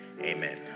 amen